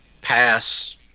pass